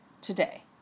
today